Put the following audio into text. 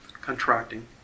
contracting